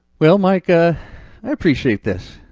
well, mike ah i appreciate this.